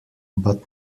but